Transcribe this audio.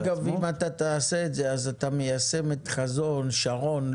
אם תעשה את זה, אתה מיישם את חזון שרון.